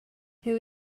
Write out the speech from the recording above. who